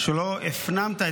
את האמת,